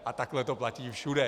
A takhle to platí všude.